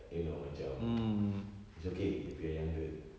you know macam it's okay if you're younger